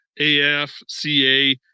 AFCA